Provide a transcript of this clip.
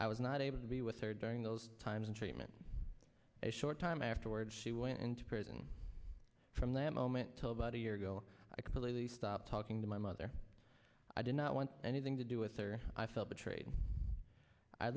i was not able to be with her during those times in treatment a short time afterwards she went into prison from that moment till about a year ago i completely stopped talking to my mother i did not want anything to do with her i felt betrayed i